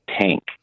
tank